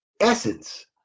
essence